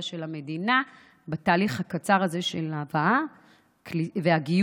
של המדינה בתהליך הקצר הזה של ההבאה והגיור,